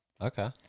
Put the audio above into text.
Okay